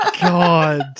God